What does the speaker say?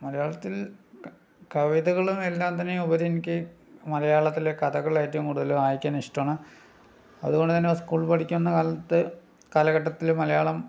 മലയാളത്തിൽ കവിതകളും എല്ലാം തന്നെ ഉപരി എനിക്ക് മലയാളത്തിലെ കഥകള് ഏറ്റവും കൂടുതല് വായിക്കാനിഷ്ടമാണ് അതുകൊണ്ടു തന്നെ സ്കൂളിൽ പഠിക്കുന്ന കാലത്ത് കാലഘട്ടത്തില് മലയാളം